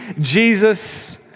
Jesus